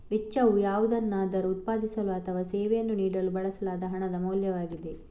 ವೆಚ್ಚವು ಯಾವುದನ್ನಾದರೂ ಉತ್ಪಾದಿಸಲು ಅಥವಾ ಸೇವೆಯನ್ನು ನೀಡಲು ಬಳಸಲಾದ ಹಣದ ಮೌಲ್ಯವಾಗಿದೆ